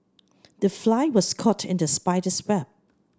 the fly was caught in the spider's web